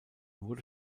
wurde